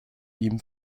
ihm